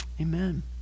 Amen